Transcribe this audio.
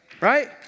Right